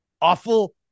awful